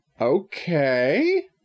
Okay